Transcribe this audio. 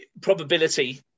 probability